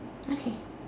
okay